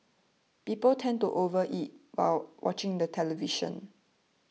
people tend to overeat while watching the television